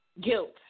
guilt